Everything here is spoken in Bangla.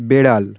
বেড়াল